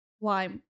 lime